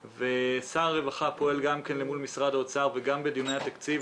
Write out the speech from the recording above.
שר הרווחה פועל גם כן מול משרד האוצר וגם בדיוני התקציב,